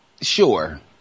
sure